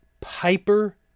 Piper